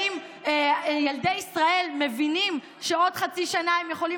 האם ילדי ישראל מבינים שעוד חצי שנה הם יכולים